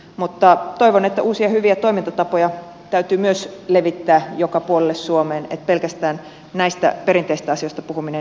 mutta toivon että uusia hyviä toimintatapoja täytyy myös levittää joka puolelle suomeen pelkästään näistä perinteisistä asioista puhuminen ei riitä